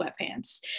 sweatpants